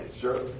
Sure